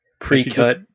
pre-cut